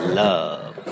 love